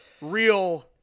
real